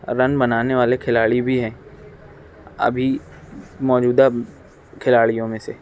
رن بنانے والے کھلاڑی بھی ہیں ابھی موجودہ کھلاڑیوں میں سے